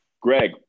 Greg